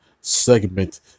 segment